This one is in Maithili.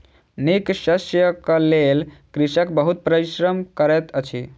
नीक शस्यक लेल कृषक बहुत परिश्रम करैत अछि